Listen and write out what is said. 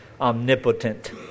omnipotent